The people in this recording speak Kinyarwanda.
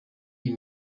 iyi